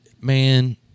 Man